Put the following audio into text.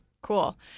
Cool